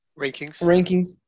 Rankings